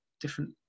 different